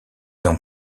ont